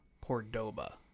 Cordoba